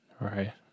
Right